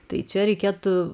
tai čia reikėtų